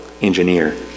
engineer